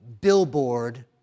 billboard